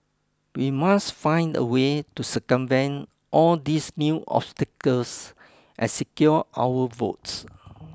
we must find a way to circumvent all these new obstacles and secure our votes